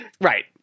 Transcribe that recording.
right